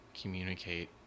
communicate